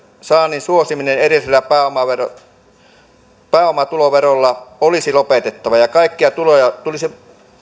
saannin suosiminen erillisellä pääomatuloverolla olisi lopetettava ja kaikkia tuloja tulisi